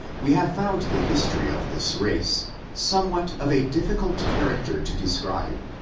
we have found the history of this race somewhat of a difficult character to describe,